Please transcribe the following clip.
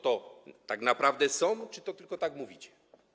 To czy naprawdę są, czy tylko tak mówicie?